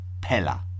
Pella